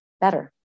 better